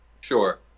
sure